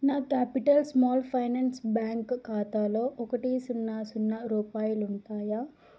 నా capital small finance bank ఖాతాలో ఒకటి సున్నా సున్నా రూపాయాలుంటాయా